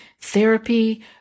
therapy